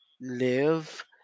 live